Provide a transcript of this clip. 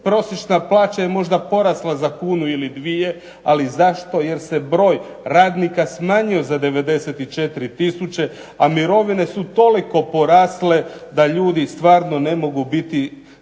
prosječna plaća je možda porasla za kunu ili dvije, ali zašto, jer se broj radnika smanjio za 94 tisuće, a mirovine su toliko porasle da ljudi stvarno ne mogu biti